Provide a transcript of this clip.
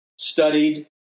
studied